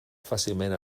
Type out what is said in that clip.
fàcilment